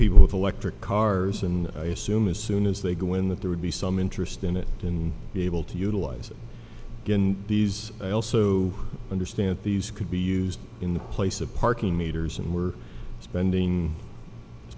people with electric cars and i assume as soon as they go in that there would be some interest in it and be able to utilize these i also understand these could be used in the place of parking meters and we're spending as